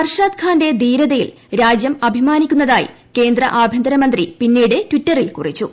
അർഷാദ്ഖാന്റെ ധീരതയിൽ രാജ്യം അഭിമാനിക്കുന്നതായി കേന്ദ്ര ആഭ്യന്തരമന്ത്രി പിന്നീട് ട്വീറ്ററിൽ കുറിച്ചു